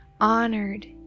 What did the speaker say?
Honored